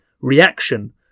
Reaction